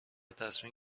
تصمیم